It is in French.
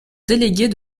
délégués